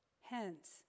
Hence